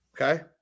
Okay